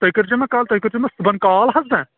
تُہۍ کٔرۍزیٚو مےٚ کال تُہۍ کٔرۍزیٚو مےٚ صُبحن کال حظ نا